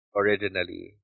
originally